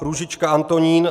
Růžička Antonín